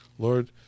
Lord